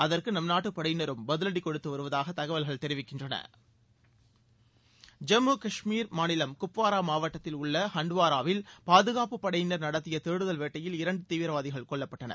அதற்கு நம் நாட்டு படையினரும்பதிவடி ராணுவம் கொடுத்து வருவதாக தகவல்கள் தெரி விக்கின்றன ஜம்மு காஷ்மீர் மாநிலம் குப்வாரா மாவட்டத்தில் உள்ள ஹண்டுவாராவில் பாதுகாப்பு படையினர் நடத்திய தேடுதல் வேட்டையில் இரண்டு தீவிரவாதிகள் கொல்லப்பட்டனர்